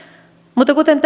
mutta kuten